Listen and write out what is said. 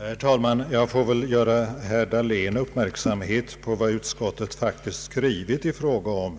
Herr talman! Jag ser mig nödsakad att göra herr Dahlén uppmärksam på vad utskottet faktiskt har skrivit i fråga om